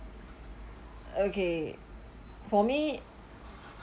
okay for me